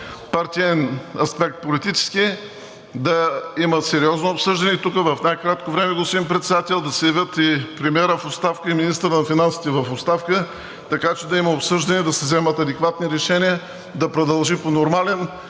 партиен аспект – политически, да има сериозно обсъждане тук. В най-кратко време, господин Председател, да се явят и премиерът в оставка, и министърът на финансите в оставка, така че да има обсъждане и да се вземат адекватни решения, да продължи по нормален